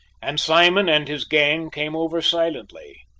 and simon and his gang came over silently.